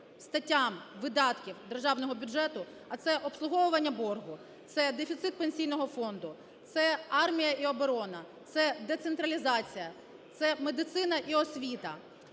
статтям видатків Державного бюджету - а це обслуговування боргу, це дефіцит пенсійного фонду, це армія і оборона, це децентралізація, це медицина і освіта,